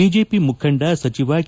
BJP ಮುಖಂಡ ಸಚಿವ K